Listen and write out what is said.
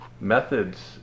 methods